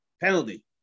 Penalty